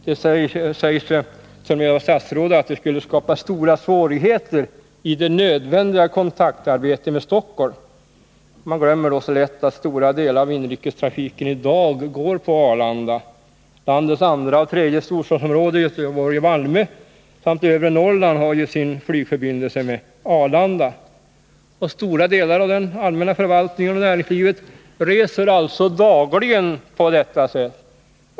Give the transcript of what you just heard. Statsrådet säger t.o.m. att det skulle skapa stora svårigheter i det nödvändiga kontaktarbetet med Stockholm. Man glömmer så lätt att stora delar av inrikestrafiken i dag går på Arlanda. Landets andra och tredje storstadsområden, Göteborg och Malmö, samt övre Norrland har ju nu sin flygförbindelse med Arlanda. Människor i stora delar av den allmänna förvaltningen och näringslivet reser alltså dagligen på detta sätt.